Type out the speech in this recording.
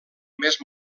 més